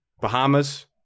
Bahamas